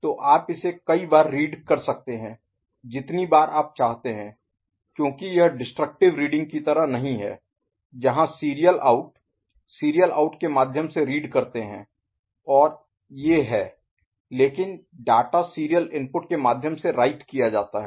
तो आप इसे कई बार रीड कर सकते हैं जितनी बार आप चाहते हैं क्योंकि यह डिसट्रक्टिव रीडिंग की तरह नहीं है जहां सीरियल आउट सीरियल आउट के माध्यम से रीड करते हैं और ये है लेकिन डेटा सीरियल इनपुट के माध्यम से राइट किया जाता है